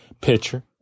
pitcher